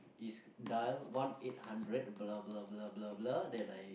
is dial one eight hundred blah blah blah blah blah then I